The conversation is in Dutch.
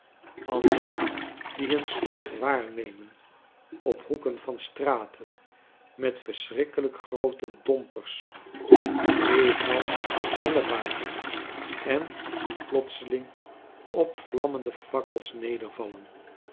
anderen die hun slag waarnemen op hoeken van straten met verschrikkelijk groote dompers evenals hellebaarden en die plotseling op vlammende fakkels nedervallen